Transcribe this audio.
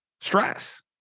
stress